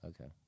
Okay